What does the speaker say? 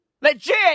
Legit